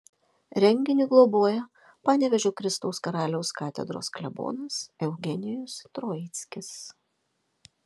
renginį globoja panevėžio kristaus karaliaus katedros klebonas eugenijus troickis